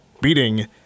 beating